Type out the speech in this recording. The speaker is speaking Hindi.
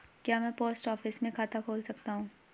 क्या मैं पोस्ट ऑफिस में खाता खोल सकता हूँ?